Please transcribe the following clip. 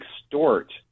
extort